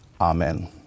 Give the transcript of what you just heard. Amen